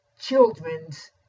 children's